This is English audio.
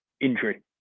injury